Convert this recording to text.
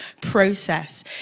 process